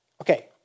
Okay